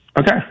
Okay